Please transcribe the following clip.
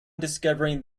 discovering